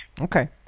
Okay